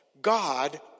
God